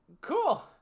Cool